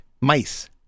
mice